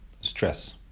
Stress